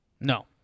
No